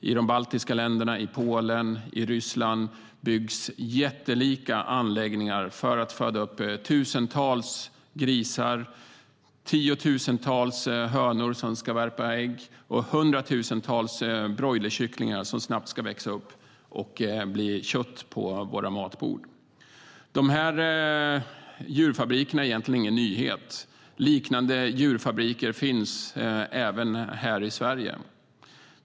I de baltiska länderna, i Polen och i Ryssland byggs jättelika anläggningar för att föda upp tusentals grisar, tiotusentals hönor som ska värpa ägg och hundratusentals broilerkycklingar som snabbt ska växa upp och bli kött på våra matbord. Dessa djurfabriker är egentligen ingen nyhet. Liknande djurfabriker finns även här i Sverige.